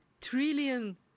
trillion